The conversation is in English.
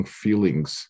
feelings